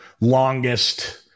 longest